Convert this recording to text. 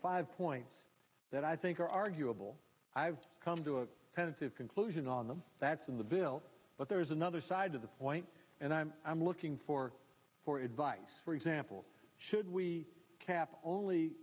five points that i think are arguable i've come to a tentative conclusion on them that's in the bill but there is another side to the point and i'm i'm looking for for advice for example should we cap only